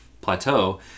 plateau